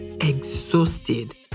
exhausted